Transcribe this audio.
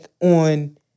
on